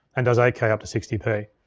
and does eight k up to sixty p.